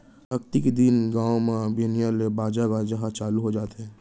अक्ती के दिन गाँव म बिहनिया ले बाजा गाजा ह चालू हो जाथे